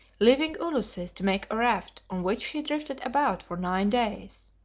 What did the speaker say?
leaving ulysses to make a raft on which he drifted about for nine days,